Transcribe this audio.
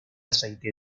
aceite